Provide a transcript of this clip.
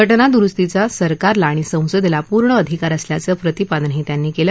घटनादुरुस्तीचा सरकारला आणि संसदेला पूर्ण अधिकार असल्याचं प्रतिपादनही त्यांनी केलं